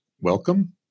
welcome